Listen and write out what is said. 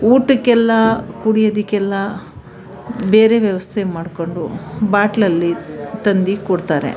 ಊಟಕ್ಕೆಲ್ಲ ಕುಡಿಯೋದಕ್ಕೆಲ್ಲ ಬೇರೆ ವ್ಯವಸ್ಥೆ ಮಾಡಿಕೊಂಡು ಬಾಟ್ಲಲ್ಲಿ ತಂದು ಕೊಡ್ತಾರೆ